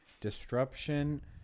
disruption